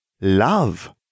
love